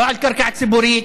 לא על קרקע ציבורית.